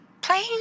Playing